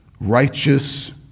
righteous